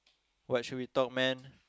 what should we talk man